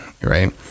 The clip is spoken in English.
right